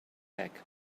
pack